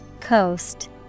Coast